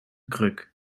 kruk